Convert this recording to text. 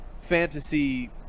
fantasy